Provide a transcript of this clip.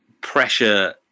pressure